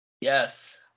Yes